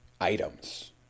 items